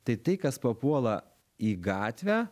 tai tai kas papuola į gatvę